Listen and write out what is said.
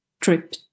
trip